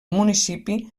municipi